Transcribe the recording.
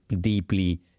deeply